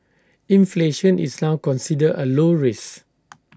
inflation is now considered A low risk